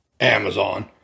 Amazon